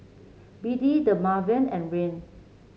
B D Dermaveen and Rene